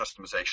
customization